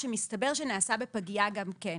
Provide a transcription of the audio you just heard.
שמסתבר שנעשה בפגייה גם כן.